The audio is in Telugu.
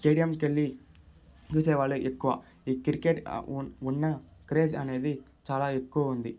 స్టేడియంకి వెళ్లి చూసేవాళ్ళు ఎక్కువ ఈ క్రికెట్ ఉన్న క్రేజ్ అనేది చాలా ఎక్కువ ఉంది